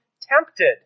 tempted